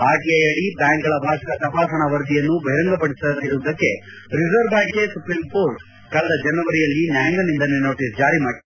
RTI ಅಡಿ ಬ್ಡಾಂಕ್ಗಳ ವಾರ್ಷಿಕ ತಪಾಸಣಾ ವರದಿಯನ್ನು ಬಹಿರಂಗಪಡಿಸದಿರುವುದಕ್ಕೆ ರಿಸರ್ವ್ ಬ್ಡಾಂಕ್ಗೆ ಸುಪ್ರೀಂ ಕೋರ್ಟ್ ಕಳೆದ ಜನವರಿಯಲ್ಲಿ ನ್ವಾಯಾಂಗ ನಿಂದನೆ ನೋಟೀಸ್ ಜಾರಿ ಮಾಡಿತ್ತು